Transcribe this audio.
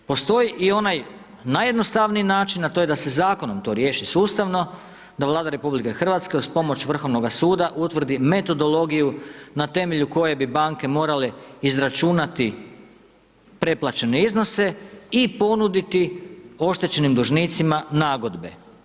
Postoji i onaj najjednostavniji način, a to je da se Zakonom to riješi sustavno, da Vlada RH uz pomoć Vrhovnog suda utvrdi metodologiju na temelju koje bi banke morale izračunati preplaćene iznose i ponuditi oštećenim dužnicima nagodbe.